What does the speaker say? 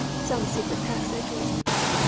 some secret passage or something,